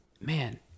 man